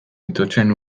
itotzen